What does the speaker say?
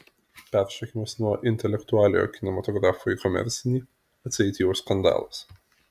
peršokimas nuo intelektualiojo kinematografo į komercinį atseit jau skandalas